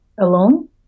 alone